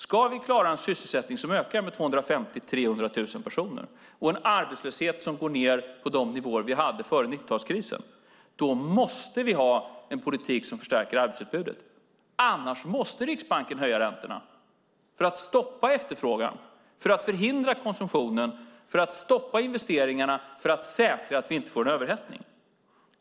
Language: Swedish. Ska vi klara en sysselsättning som ökar med 250 000-300 000 personer och en arbetslöshet som går ned till de nivåer som vi hade före 90-talskrisen, då måste vi ha en politik som förstärker arbetsutbudet, annars måste Riksbanken höja räntorna för att stoppa efterfrågan, för att förhindra konsumtionen och för att stoppa investeringarna för att säkra att vi inte får en överhettning.